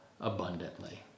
abundantly